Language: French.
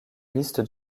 liste